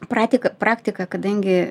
pratiką praktiką kadangi